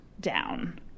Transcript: down